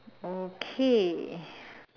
okay